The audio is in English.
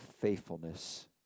faithfulness